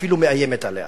ואפילו מאיימת עליה.